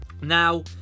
Now